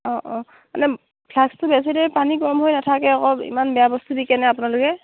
অঁ অঁ মানে ফ্লাক্সটো বেছি দেৰি পানী গৰম হৈ নেথাকে আকৌ ইমান বেয়া বস্তু দি কেনে আপোনালোকে